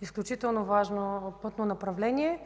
изключително важна в пътно направление.